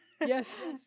yes